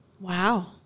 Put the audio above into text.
Wow